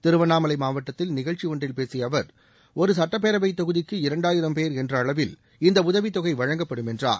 திருவண்ணாமலை மாவட்டத்தில் நிகழ்ச்சியொன்றில் பேசிய அவர் ஒரு சட்டப்பேரவை தொகுதிக்கு இரண்டாயிரம் பேர் என்ற அளவில் இந்த உதவித்தொகை வழங்கப்படும் என்றார்